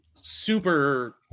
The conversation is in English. super